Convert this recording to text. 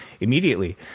immediately